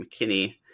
McKinney